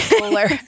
cooler